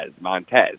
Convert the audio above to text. Montez